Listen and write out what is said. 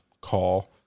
call